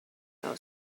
know